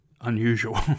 unusual